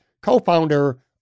co-founder